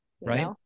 Right